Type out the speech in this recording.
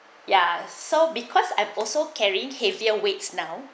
ya so because I also carried heavier weeks now